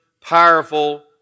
powerful